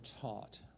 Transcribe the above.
taught